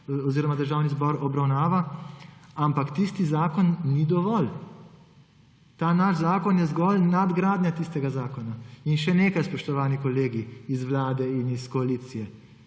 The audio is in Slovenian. zbor trenutno obravnava, ampak tisti zakon ni dovolj. Ta naš zakon je zgolj nadgradnja tistega zakona. In še nekaj, spoštovani kolegi iz Vlade in iz koalicije,